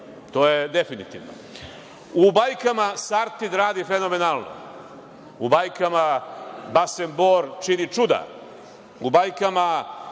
To je definitivno.U bajkama Sartid radi fenomenalno. U bajkama Basen Bor čini čudo. U bajkama